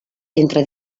entre